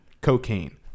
cocaine